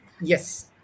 Yes